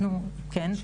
כן.